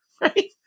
right